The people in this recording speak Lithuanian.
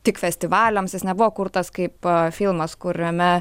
tik festivaliams jis nebuvo kurtas kaip filmas kuriame